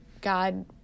God